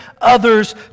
others